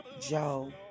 Joe